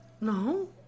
No